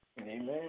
Amen